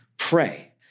pray